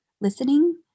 listening